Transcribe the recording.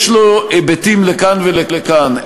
יש לו היבטים לכאן ולכאן.